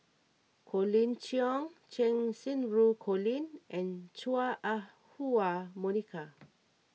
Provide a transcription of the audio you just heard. Colin Cheong Cheng Xinru Colin and Chua Ah Huwa Monica